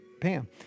Pam